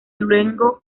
luengo